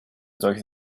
solches